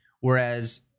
Whereas